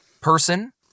person